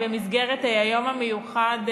במסגרת היום המיוחד,